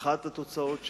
אחת התוצאות שלה,